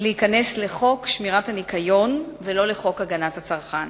להיכנס לחוק שמירת הניקיון ולא לחוק הגנת הצרכן.